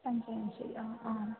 पञ्चविंशतिः हा आम्